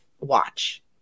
watch